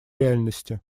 реальности